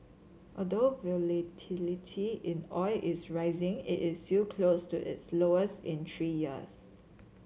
although volatility in oil is rising it is still close to its lowest in three years